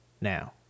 Now